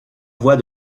voix